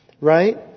right